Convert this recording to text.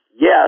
Yes